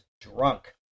drunk